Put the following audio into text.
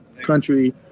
country